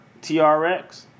TRX